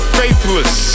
faithless